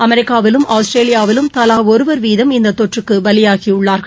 அமெரிக்காவிலும் ஆஸதிரேலியாவிலும் தலா ஒருவர் வீதம் இந்த தொற்றுக்கு பலியாகியுள்ளார்கள்